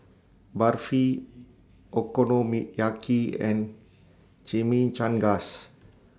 Barfi Okonomiyaki and Chimichangas